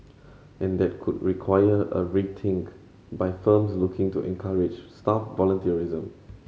and that could require a rethink by firms looking to encourage staff volunteerism